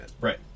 Right